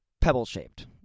pebble-shaped